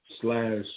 slash